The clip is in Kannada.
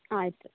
ಆಯಿತು